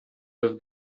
with